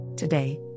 Today